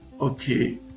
okay